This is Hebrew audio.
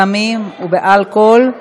בסמים ובאלכוהול,